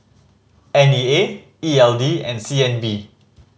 N E A E L D and C N B